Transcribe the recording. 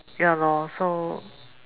ya lor so